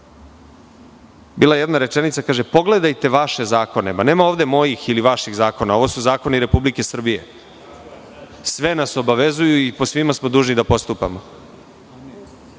Bila je jedna rečenica, kaže – pogledajte vaše zakone. Nema ovde mojih ili vaših zakona, ovo su zakoni Republike Srbije, koji nas sve obavezuju i po svima smo dužni da postupamo. Kada